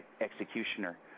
executioner